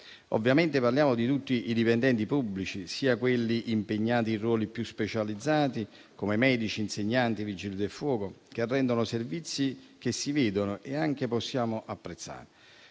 Ovviamente parliamo di tutti i dipendenti pubblici, quelli impegnati in ruoli più specializzati, come medici, insegnanti e vigili del fuoco, che rendono servizi che si vedono e possiamo anche apprezzare,